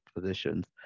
positions